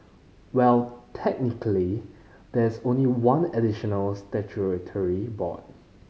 well technically there is only one additional statutory board